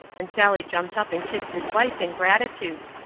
and sally jumped up and kissed his wife in gratitude.